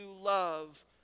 love